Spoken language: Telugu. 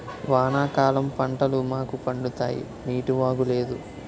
వానాకాలం పంటలు మాకు పండుతాయి నీటివాగు లేదు